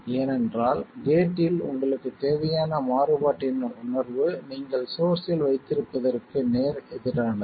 ஏனென்றால் கேட்டில் உங்களுக்குத் தேவையான மாறுபாட்டின் உணர்வு நீங்கள் சோர்ஸ்ஸில் வைத்திருப்பதற்கு நேர் எதிரானது